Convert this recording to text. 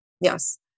Yes